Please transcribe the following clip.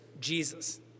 Jesus